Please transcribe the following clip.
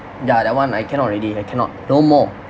ya that one I cannot already I cannot no more